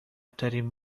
ترین